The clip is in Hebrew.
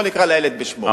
בוא נקרא לילד בשמו.